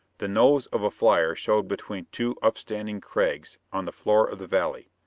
the nose of a flyer showed between two upstanding crags on the floor of the valley.